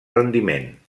rendiment